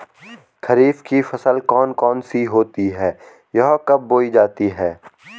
खरीफ की फसल कौन कौन सी होती हैं यह कब बोई जाती हैं?